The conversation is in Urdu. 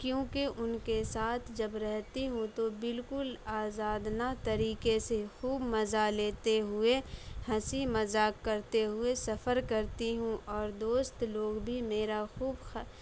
کیونکہ ان کے ساتھ جب رہتی ہوں تو بالکل آزادانہ طریقے سے خوب مزہ لیتے ہوئے ہنسی مزاق کرتے ہوئے سفر کرتی ہوں اور دوست لوگ بھی میرا خوب